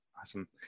Awesome